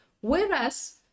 Whereas